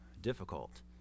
difficult